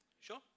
Sure